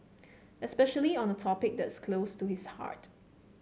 especially on a topic that is close to his heart